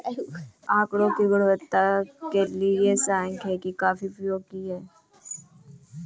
आकड़ों की गुणवत्ता के लिए सांख्यिकी काफी उपयोगी है